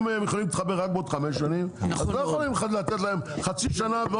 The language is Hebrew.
אם הם יכולים להתחבר רק בעוד חמש שנים לא יכולים לתת להם חצי שנה,